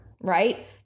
right